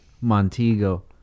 Montego